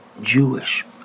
Jewish